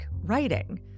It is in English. writing